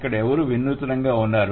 ఇక్కడ ఎవరు వినూత్నంగా ఉన్నారు